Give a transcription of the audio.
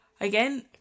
again